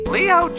Leo